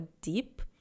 deep